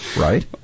right